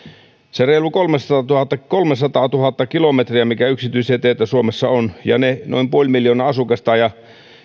se reilu kolmesataatuhatta kolmesataatuhatta kilometriä yksityisiä teitä suomessa ja ne noin puoli miljoonaa asukasta ja